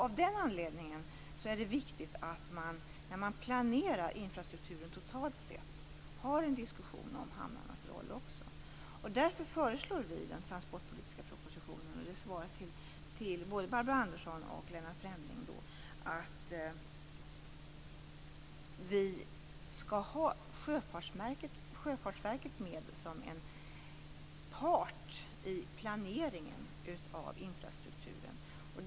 Av den anledningen är det viktigt att man, när man planerar infrastrukturen totalt sett, för en diskussion också om hamnarnas roll. Därför föreslår vi i den transportpolitiska propositionen - och detta är ett svar till både Barbro Andersson och Lennart Fremling - att vi skall ha Sjöfartsverket med som en part i planeringen av infrastrukturen.